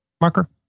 Marker